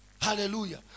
Hallelujah